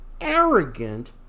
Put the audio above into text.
arrogant